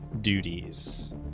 duties